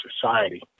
society